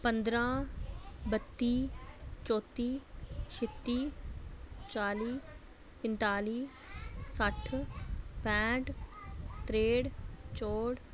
पंदरां बत्ती चौत्ती छित्ती चाली पंञताली सट्ठ पैंठ तरेंठ चौंठ